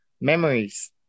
Memories